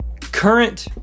current